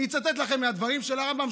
אני אצטט לכם מהדברים של הרמב"ם,